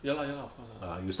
ya lah ya lah of course ah